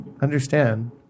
understand